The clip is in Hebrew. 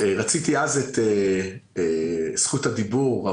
רציתי אז את זכות הדיבור.